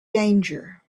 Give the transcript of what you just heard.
danger